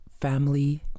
family